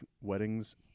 weddings